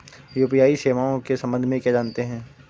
UPI सेवाओं के संबंध में क्या जानते हैं?